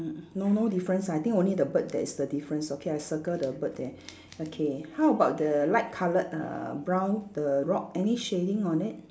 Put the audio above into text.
mm mm no no difference ah I think only the bird that is the difference okay I circle the bird then okay how about the light coloured err brown the rock any shading on it